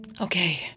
Okay